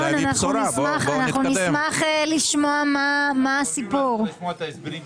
נשמח לשמוע מה הסיפור ההסברים שלך.